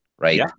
Right